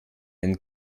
wenn